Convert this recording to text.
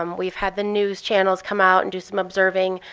um we've had the news channels come out and do some observing.